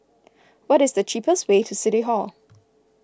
what is the cheapest way to City Hall